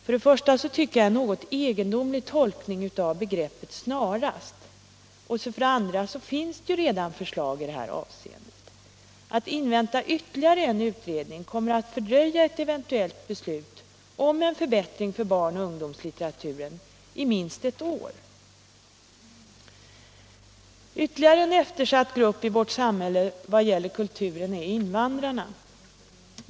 För det första tycker jag detta är en något egendomlig tolkning av begreppet ”snarast”. För det andra finns redan förslag i detta avseende. Att invänta en ytterligare utredning kommer att fördröja ett eventuellt beslut om en förbättring för barnoch ungdomslitteraturen med minst ett år. Ytterligare en eftersatt grupp i vårt samhälle i vad gäller kulturen är invandrarna.